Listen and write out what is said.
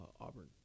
auburn